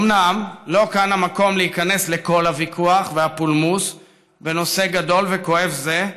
אומנם לא כאן המקום להיכנס לכל הוויכוח והפולמוס בנושא גדול וכואב זה,